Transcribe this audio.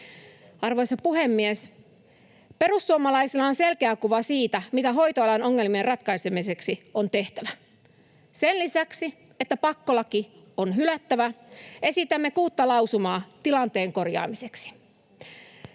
Arvoisa puhemies! Perussuomalaisilla on selkeä kuva siitä, mitä hoitoalan ongelmien ratkaisemiseksi on tehtävä. Sen lisäksi, että pakkolaki on hylättävä, esitämme kuutta lausumaa tilanteen korjaamiseksi.